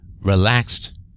relaxed